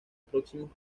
próximos